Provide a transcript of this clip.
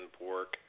pork